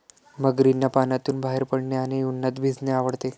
मगरींना पाण्यातून बाहेर पडणे आणि उन्हात भिजणे आवडते